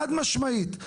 חד משמעית.